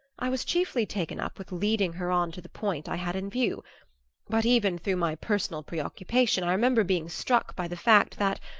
i was chiefly taken up with leading her on to the point i had in view but even through my personal preoccupation i remember being struck by the fact that,